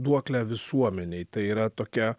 duoklę visuomenei tai yra tokia